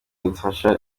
akurikirana